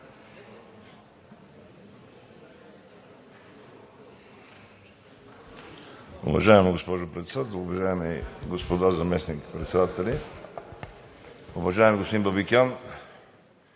Уважаема госпожо Председател, уважаеми господа заместник-председатели! Уважаеми господин Бабикян,